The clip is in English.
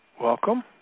Welcome